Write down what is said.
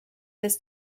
this